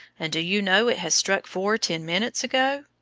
and do you know it has struck four ten minutes ago?